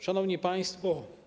Szanowni Państwo!